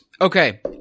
Okay